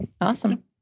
Awesome